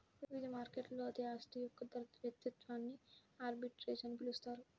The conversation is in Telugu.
వివిధ మార్కెట్లలో అదే ఆస్తి యొక్క ధర వ్యత్యాసాన్ని ఆర్బిట్రేజ్ అని పిలుస్తారు